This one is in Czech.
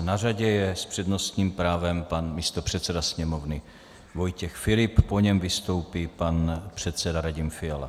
Na řadě je s přednostním právem pan místopředseda Sněmovny Vojtěch Filip, po něm vystoupí pan předseda Radim Fiala.